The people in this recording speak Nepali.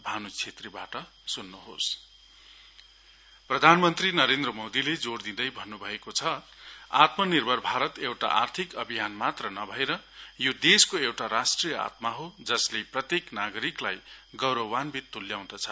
मन की बात प्रधान मन्त्री नरेन्द्र मोदीले जोड़ दिँदै भन्नु भएको छ आत्म निर्भर भारत एउटा आर्थिक अभियान मात्र नभएर यो देशको एउटा राष्ट्रिय आत्मा हे जसले प्रत्येक नागरिकलाई गौरवन्वित तुल्याउँदछ